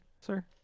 sir